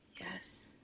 Yes